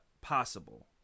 possible